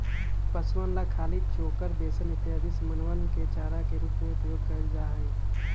पशुअन ला खली, चोकर, बेसन इत्यादि समनवन के चारा के रूप में उपयोग कइल जाहई